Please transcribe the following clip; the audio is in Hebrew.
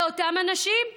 ואותם אנשים,